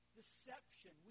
deception